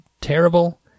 terrible